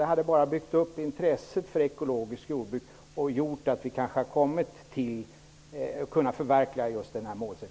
Det hade snarare byggt upp intresset för ekologiskt jordbruk och gjort att vi kanske hade kunnat uppnå målet 10 %.